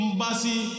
Mbasi